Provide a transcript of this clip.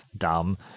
dumb